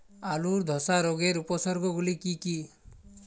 আলুর ধসা রোগের উপসর্গগুলি কি কি?